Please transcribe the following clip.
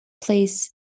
place